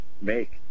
make